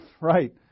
right